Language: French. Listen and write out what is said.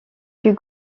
plus